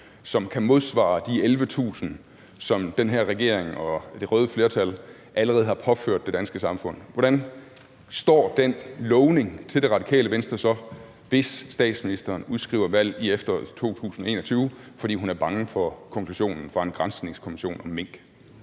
som kan modsvare de 11.000, som den her regering og det røde flertal allerede har påført det danske samfund? Hvordan står den lovning til Det Radikale Venstre så, hvis statsministeren udskriver valg i efteråret 2021, fordi hun er bange for konklusionen fra en granskningskommission om mink?